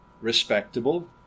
respectable